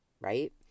right